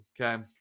Okay